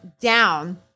down